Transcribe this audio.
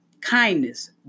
kindness